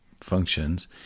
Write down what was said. functions